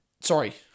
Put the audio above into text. sorry